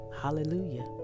Hallelujah